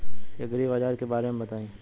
एग्रीबाजार के बारे में बताई?